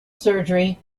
surgery